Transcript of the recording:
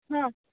ହଁ